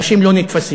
אנשים לא נתפסים.